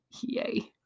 yay